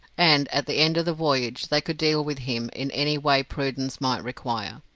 and at the end of the voyage they could deal with him in any way prudence might require,